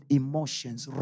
emotions